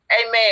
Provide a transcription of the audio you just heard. amen